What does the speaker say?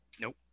Nope